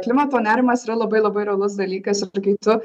klimato nerimas yra labai labai realus dalykas ir kai tu